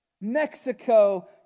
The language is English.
Mexico